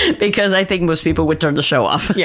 because i think most people would turn the show off, yeah